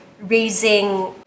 raising